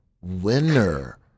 winner